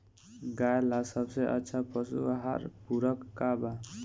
गाय ला सबसे अच्छा पशु आहार पूरक का बा?